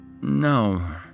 No